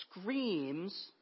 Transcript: screams